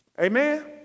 Amen